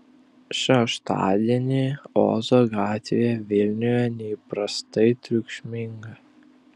šeštadienį ozo gatvėje vilniuje neįprastai triukšminga